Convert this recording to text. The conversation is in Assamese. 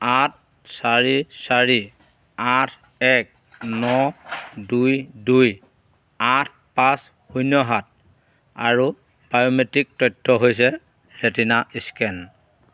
আঠ চাৰি চাৰি আঠ এক ন দুই দুই আঠ পাঁচ শূন্য সাত আৰু বায়োমেট্ৰিক তথ্য হৈছে ৰেটিনা স্কেন